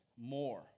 more